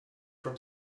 from